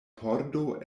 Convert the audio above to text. pordo